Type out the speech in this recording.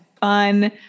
fun